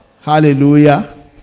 Hallelujah